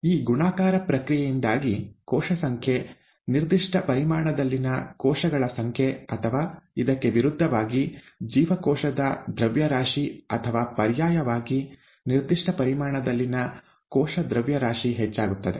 ಈ ಗುಣಾಕಾರ ಪ್ರಕ್ರಿಯೆಯಿಂದಾಗಿ ಕೋಶ ಸಂಖ್ಯೆ ನಿರ್ದಿಷ್ಟ ಪರಿಮಾಣದಲ್ಲಿನ ಕೋಶಗಳ ಸಂಖ್ಯೆ ಅಥವಾ ಇದಕ್ಕೆ ವಿರುದ್ಧವಾಗಿ ಜೀವಕೋಶದ ದ್ರವ್ಯರಾಶಿ ಅಥವಾ ಪರ್ಯಾಯವಾಗಿ ನಿರ್ದಿಷ್ಟ ಪರಿಮಾಣದಲ್ಲಿನ ಕೋಶ ದ್ರವ್ಯರಾಶಿ ಹೆಚ್ಚಾಗುತ್ತದೆ